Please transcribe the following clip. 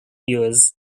years